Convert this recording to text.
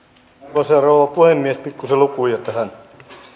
arvoisa rouva puhemies pikkuisen lukuja tähän